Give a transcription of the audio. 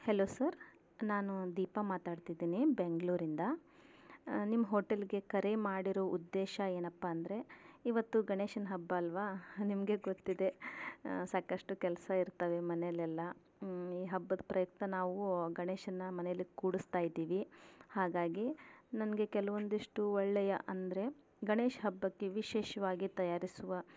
hello sir ನಾನು ದೀಪಾ ಮಾತಾಡ್ತಿದ್ದೀನಿ ಬೆಂಗ್ಳೂರಿಂದ ನಿಮ್ಮ ಹೋಟೆಲಿಗೆ ಕರೆ ಮಾಡಿರೋ ಉದ್ದೇಶ ಏನಪ್ಪ ಅಂದರೆ ಇವತ್ತು ಗಣೇಶನ ಹಬ್ಬ ಅಲ್ವಾ ನಿಮಗೇ ಗೊತ್ತಿದೆ ಸಾಕಷ್ಟು ಕೆಲಸ ಇರ್ತವೆ ಮನೆಯಲೆಲ್ಲ ಈ ಹಬ್ಬದ ಪ್ರಯುಕ್ತ ನಾವು ಗಣೇಶನನ್ನ ಮನೆಯಲ್ಲಿ ಕೂಡಿಸ್ತಾ ಇದ್ದೀವಿ ಹಾಗಾಗಿ ನನಗೆ ಕೆಲವೊಂದಿಷ್ಟು ಒಳ್ಳೆಯ ಅಂದರೆ ಗಣೇಶ ಹಬ್ಬಕ್ಕೆ ವಿಶೇಷವಾಗಿ ತಯಾರಿಸುವ